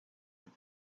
that